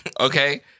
Okay